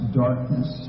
darkness